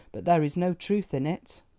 but there is no truth in it.